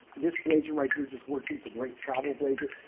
this blazer right here just works, it's a great travel blazer,